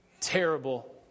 terrible